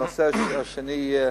הנושא השני יהיה